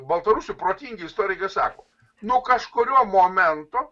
baltarusių protingi istorikai sako nuo kažkurio momento